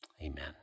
Amen